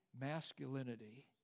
masculinity